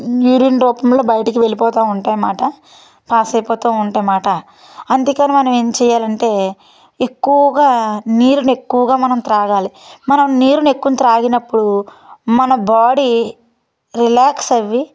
urine రూపంలో బయటికి వెళ్ళి పోతు ఉంటాయి అన్నమాట పాస్ అయిపోతు ఉంటాయి అన్నమాట అందుకని మనం ఏం చేయాలంటే ఎక్కువగా నీరుని ఎక్కువగా మనం తాగాలి మనం నీరుని ఎక్కువ తాగినప్పుడు మన బాడీ రిలాక్స్ అయ్యి